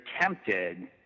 tempted